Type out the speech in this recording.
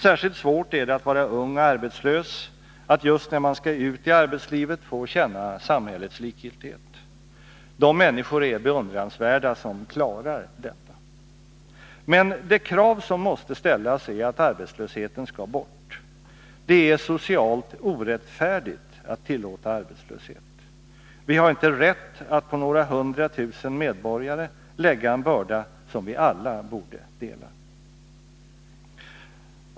Särskilt svårt är det att vara ung och arbetslös, att just när man skall ut i arbetslivet få känna samhällets likgiltighet. De människor är beundransvärda som klarar detta. Men det krav som måste ställas är att arbetslösheten skall bort. Det är socialt orättfärdigt att tillåta arbetslöshet. Vi har inte rätt att på några hundra tusen medborgare lägga en börda som vi alla borde dela.